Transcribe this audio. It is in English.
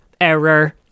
error